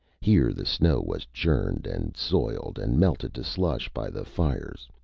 here the snow was churned and soiled and melted to slush by the fires.